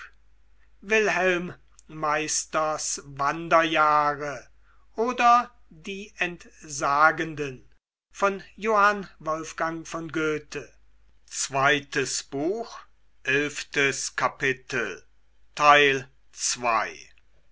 wilhelm meisters wanderjahre oder die entsagenden